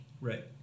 Right